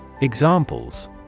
Examples